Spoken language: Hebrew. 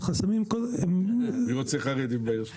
החסמים הם --- מי רוצה חרדים בעיר שלו?